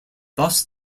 thus